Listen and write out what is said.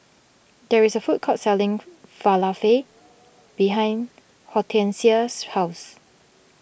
there is a food court selling Falafel behind Hortencia's house